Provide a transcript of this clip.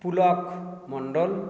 Pulak Mondal